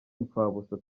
imfabusa